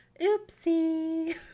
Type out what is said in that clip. Oopsie